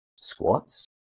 squats